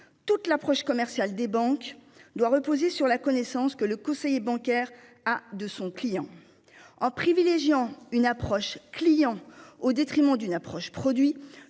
toute l'approche commerciale des banques doit reposer sur la connaissance que le conseiller bancaire a, de son client en privilégiant une approche client au détriment d'une approche produit